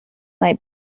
might